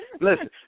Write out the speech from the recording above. Listen